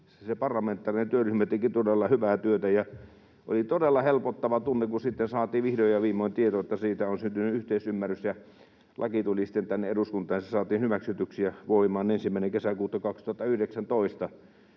Se parlamentaarinen työryhmä teki todella hyvää työtä, ja oli todella helpottava tunne, kun sitten saatiin vihdoin ja viimein tieto, että siitä on syntynyt yhteisymmärrys. Laki tuli sitten tänne eduskuntaan, ja se saatiin hyväksytyksi ja voimaan 1. kesäkuuta 2019.